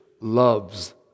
loves